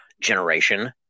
generation